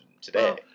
today